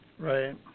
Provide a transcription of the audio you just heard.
Right